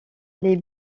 les